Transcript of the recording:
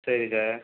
சரி சார்